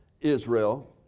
Israel